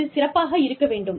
இது சிறப்பாக இருக்க வேண்டும்